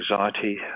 anxiety